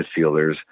midfielders